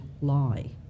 lie